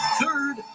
Third